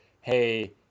hey